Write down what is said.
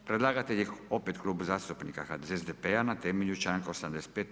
Predlagatelj je opet Klub zastupnika SDP-a na temelju članka 85.